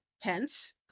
hence